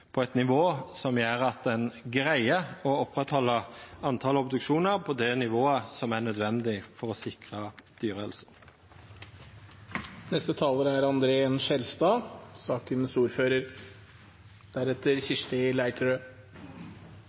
på eit nivå som gjer at ein greier å oppretthalda talet obduksjonar på det nivået som er nødvendig for å sikra dyrehelsa. Det jeg tror vi i hvert fall kan være enige om, er